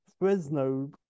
Fresno